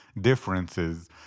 differences